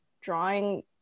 drawing